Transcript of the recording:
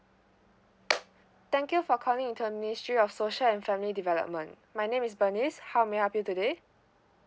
thank you for calling into the ministry of social and family development my name is bernice how may I help you today